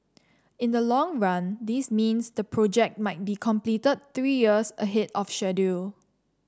in the long run this means the project might be completed three years ahead of schedule